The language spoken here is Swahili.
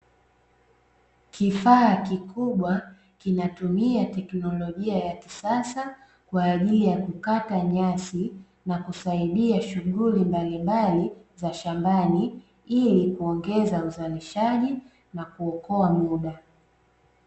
Kifaa kikubwa kinatumia teknolojia ya kisasa kwa ajili ya kukata nyasi na kusaidia shughuli mbalimbali za shambani, ili kuongeza uzalishaji na kuokoa muda.